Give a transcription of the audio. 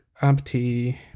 empty